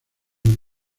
del